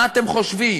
מה אתם חושבים,